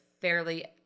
fairly